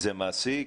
זה מעשי?